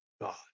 God